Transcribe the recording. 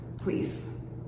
please